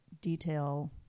detail